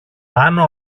πάνω